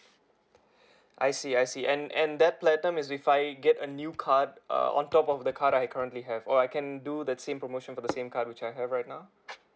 I see I see and and that platinum is if I get a new card uh on top of the card that I currently have or I can do that same promotion for the same card which I have right now